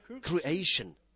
creation